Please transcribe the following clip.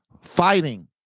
Fighting